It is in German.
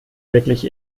wirklich